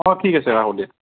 অ ঠিক আছে ৰাখোঁ দিয়া